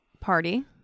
party